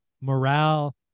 morale